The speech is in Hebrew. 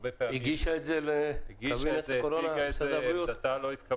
היא הגישה את זה לקבינט הקורונה ולמשרד הבריאות?